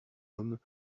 homme